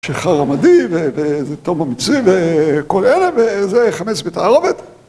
שיכר המדי, וזיתום המצרי, וכל אלה, וזה חמץ בתערובת,